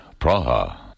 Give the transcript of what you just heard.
Praha